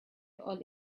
all